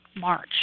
March